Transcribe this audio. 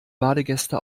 badegäste